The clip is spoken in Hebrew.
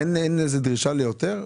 אין דרישה ליותר?